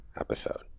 episode